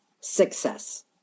success